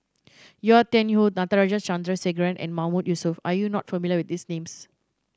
Yau Tian Yau Natarajan Chandrasekaran and Mahmood Yusof are you not familiar with these names